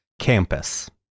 campus